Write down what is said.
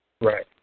Right